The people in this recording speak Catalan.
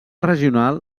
regional